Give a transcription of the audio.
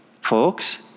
folks